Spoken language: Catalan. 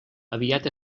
aviat